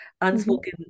unspoken